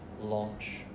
launch